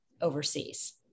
overseas